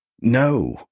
No